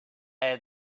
had